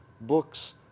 books